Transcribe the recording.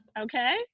Okay